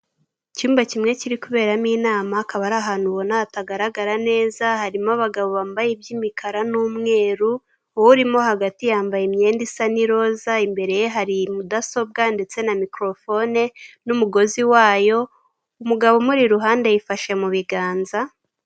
Icyumba kimwe kiri kuberamo inama akaba ari ahantu ubona hatagaragara neza, harimo abagabo bambaye iby'imikara n'umweru, urimo hagati yambaye imyenda isa n'iroza, imbere ye hari mudasobwa ndetse na mikorofone n'umugozi wayo, umugabo umuri iruhande yifashe mu biganza.